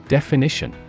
Definition